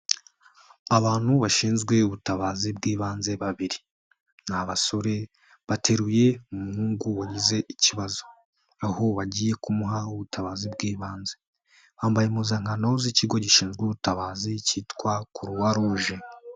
Abantu bashinzwe ubutabazi bw'ibanze babiri. Ni abasore, bateruye umuhungu wagize ikibazo. Aho bagiye kumuha ubutabazi bw'ibanze. Bambaye impuzankano z'ikigo gishinzwe ubutabazi cyitwa Croix Rouge.